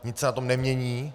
Nic se na tom nemění.